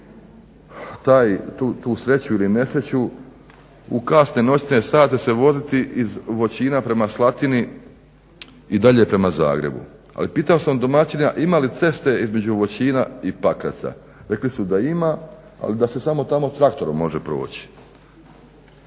imao tu sreću ili nesreću u kasne noćne sate se voziti iz Voćina prema Slatini i dalje prema Zagrebu. Ali pitao sam domaćina ima li ceste između Voćina i Pakraca, rekli su da ima ali da se tamo samo može traktorom proći.